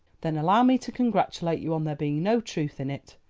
then allow me to congratulate you on there being no truth in it.